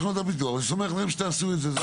בתוכניות הפיתוח, ואני סומך עליכם שתעשו את זה.